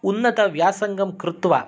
उन्नतव्यासङ्गं कृत्वा